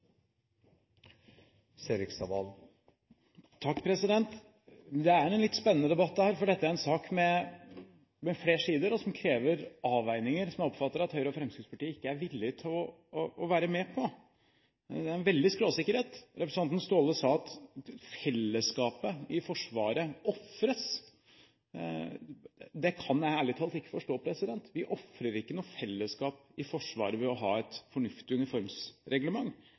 en litt spennende debatt dette, for det er en sak med flere sider som krever avveininger som jeg oppfatter at Høyre og Fremskrittspartiet ikke er villige til å være med på. Det er en veldig skråsikkerhet. Representanten Staahle sa at fellesskapet i Forsvaret ofres. Det kan jeg ærlig talt ikke forstå. Vi ofrer ikke noe fellesskap i Forsvaret ved å ha et fornuftig uniformsreglement.